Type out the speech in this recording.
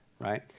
right